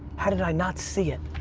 how did i not see it?